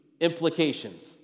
implications